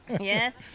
Yes